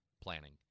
planning